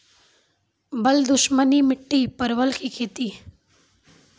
बल दुश्मनी मिट्टी परवल की खेती?